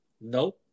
No